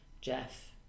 Jeff